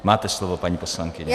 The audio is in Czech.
Máte slovo, paní poslankyně.